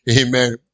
Amen